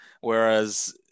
Whereas